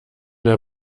der